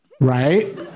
right